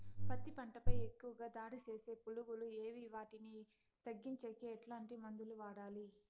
పత్తి పంట పై ఎక్కువగా దాడి సేసే పులుగులు ఏవి వాటిని తగ్గించేకి ఎట్లాంటి మందులు వాడాలి?